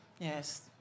Yes